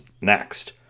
next